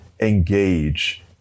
engage